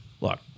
Look